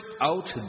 out